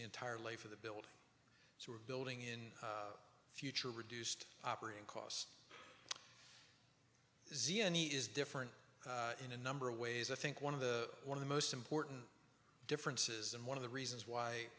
the entire life of the building so we're building in the future reduced operating costs zeani is different in a number of ways i think one of the one of the most important differences and one of the reasons why